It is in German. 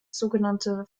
sogenannte